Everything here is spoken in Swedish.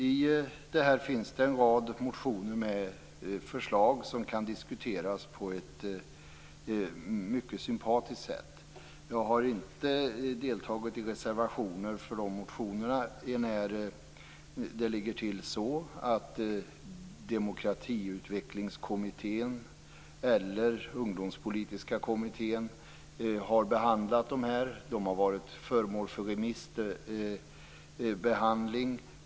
I detta finns en rad motioner med förslag som kan diskuteras på ett mycket sympatiskt sätt. Jag har inte deltagit i reservationer för de motionerna eftersom Demokratiutvecklingskommittén eller Ungdomspolitiska kommittén har behandlat dem. De har varit föremål för remissbehandling.